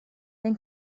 then